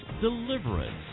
deliverance